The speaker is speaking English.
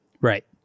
Right